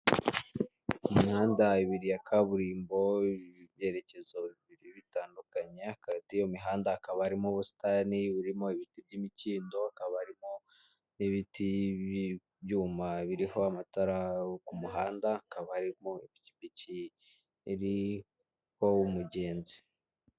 Imihanda ibiri ya kaburimbo y'ibyerekezo bibiri bitandukanye hagati y'iyo mihanda hakaba harimo ubusitani burimo ibiti by'imikindo, hakaba harimo n'ibiti by'ibyuma biriho amatara yo ku muhanda, hakaba harimo ipikipiki iriho umugenzi.